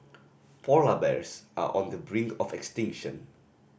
polar bears are on the brink of extinction